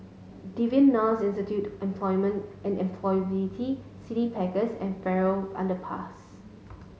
Devan Nair's Institute Employment and Employability City Backpackers and Farrer Underpass